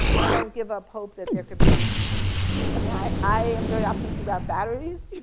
and i don't give up hope that there could be i mean, i i am very optimistic about batteries.